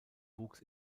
wuchs